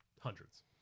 hundreds